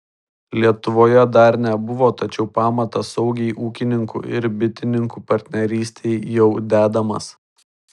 lietuvoje dar nebuvo tačiau pamatas saugiai ūkininkų ir bitininkų partnerystei jau dedamas